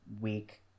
week